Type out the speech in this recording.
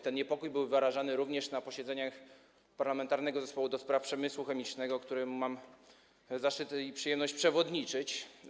Ten niepokój był wyrażany również na posiedzeniach Parlamentarnego Zespołu ds. Przemysłu Chemicznego, któremu mam zaszczyt i przyjemność przewodniczyć.